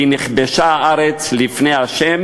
ונכבשה הארץ לפני ה',